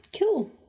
Cool